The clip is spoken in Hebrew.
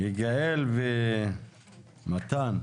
יגאל ומתן,